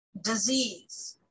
disease